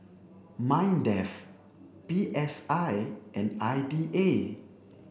MINDEF P S I and I D A